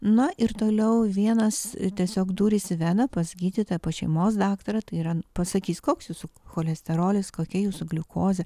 na ir toliau vienas tiesiog dūris į veną pas gydytoją pas šeimos daktarą tai yra pasakys koks jūsų cholesterolis kokia jūsų gliukozė